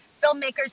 filmmakers